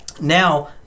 now